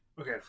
Okay